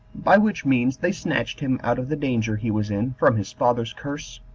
by which means they snatched him out of the danger he was in from his father's curse,